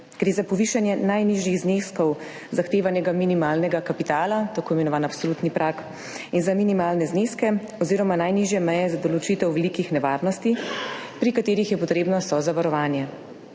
Gre za povišanje najnižjih zneskov zahtevanega minimalnega kapitala, tako imenovani absolutni prag, in za minimalne zneske oziroma najnižje meje za določitev velikih nevarnosti, pri katerih je potrebno sozavarovanje.